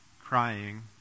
crying